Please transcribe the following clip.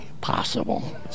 possible